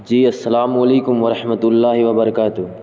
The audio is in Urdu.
جی السلام علیکم و رحمۃ اللہ وبرکاتہ